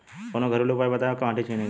कवनो घरेलू उपाय बताया माटी चिन्हे के?